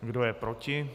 Kdo je proti?